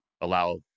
Allow